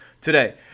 today